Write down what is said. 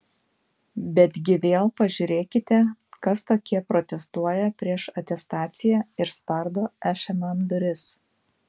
betgi vėl pažiūrėkite kas tokie protestuoja prieš atestaciją ir spardo šmm duris